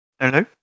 Hello